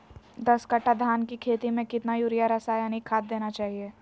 दस कट्टा धान की खेती में कितना यूरिया रासायनिक खाद देना चाहिए?